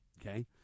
okay